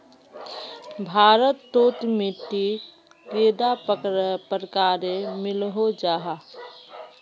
भारत तोत मिट्टी कैडा प्रकारेर मिलोहो जाहा?